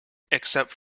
except